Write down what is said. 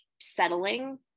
settling